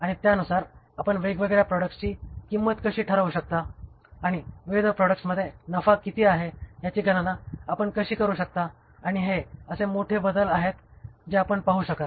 आणि त्यानुसार आपण वेगवेगळ्या प्रॉडक्ट्सची किंमत कशी ठरवू शकता आणि विविध प्रॉडक्ट्समध्ये नफा किती आहे याची गणना आपण कशी करू शकता आणि हे असे मोठे बदल आहेत जे आपण पाहू शकाल